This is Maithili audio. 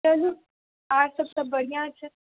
चलु आर सब सभ बढ़िऑं छै